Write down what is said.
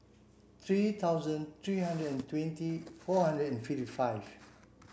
three thousand three hundred and twenty four hundred and fift five